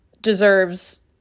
deserves